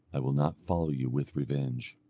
i will not follow you with revenge.